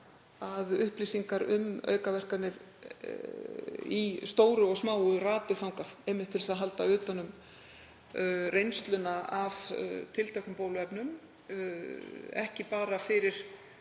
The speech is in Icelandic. að upplýsingar um aukaverkanir í stóru og smáu rati þangað til þess að halda utan um reynsluna af tilteknum bóluefnum, ekki bara fyrir